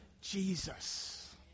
Jesus